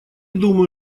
думаю